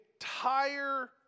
entire